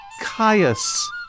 Caius